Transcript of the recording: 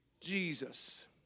Jesus